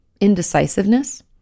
indecisiveness